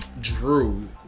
Drew